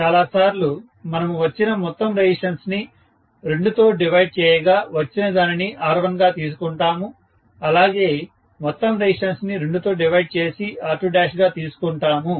చాలా సార్లు మనము వచ్చిన మొత్తము రెసిస్టెన్స్ ని 2 తో డివైడ్ చేయగా వచ్చిన దానిని R1గా తీసుకుంటాము అలాగే మొత్తము రెసిస్టెన్స్ ని రెండు తో డివైడ్ చేసి R2 గా తీసుకుంటాము